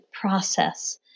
process